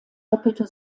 doppelte